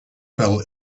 fell